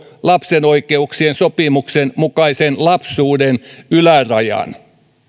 lapsen oikeuksien sopimuksen mukaisen lapsuuden ylärajan